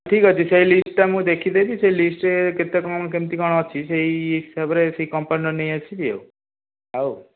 ଠିକ୍ ଅଛି ସେଇ ଲିଷ୍ଟଟା ମୁଁ ଦେଖିଦେବି ସେଇ ଲିଷ୍ଟରେ କେତେ କ'ଣ କେମିତି କ'ଣ ଅଛି ସେଇ ହିସାବରେ ସେଇ କମ୍ପାନୀର ନେଇ ଆସିବି ଆଉ ଆଉ